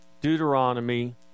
Deuteronomy